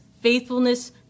faithfulness